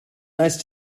nice